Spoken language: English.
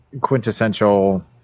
quintessential